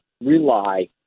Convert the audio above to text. rely